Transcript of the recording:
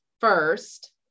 first